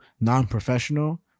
non-professional